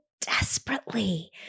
desperately